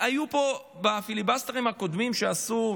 בפיליבסטרים הקודמים שעשינו,